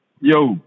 yo